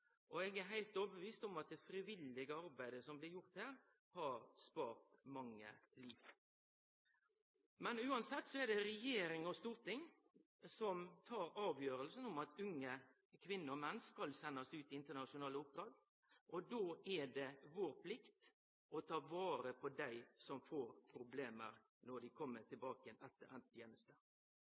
Eg er heilt overtydd om at det frivillige arbeidet som blir gjort her, har spara mange liv. Uansett er det regjering og storting som tar avgjerda om at unge kvinner og menn skal sendast ut på internasjonale militære oppdrag, og då er det vår plikt å ta vare på dei som får problem når dei kjem tilbake etter